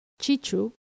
chichu